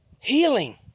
healing